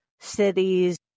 cities